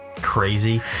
crazy